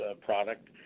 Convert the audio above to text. product